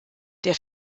der